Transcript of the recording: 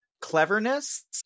cleverness